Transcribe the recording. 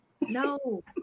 No